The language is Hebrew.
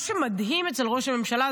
מה שמדהים אצל ראש הממשלה,